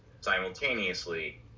simultaneously